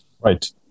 Right